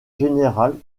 générale